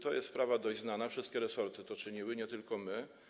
To jest sprawa dość znana, wszystkie resorty to czyniły, nie tylko my.